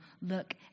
look